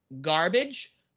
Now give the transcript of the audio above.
garbage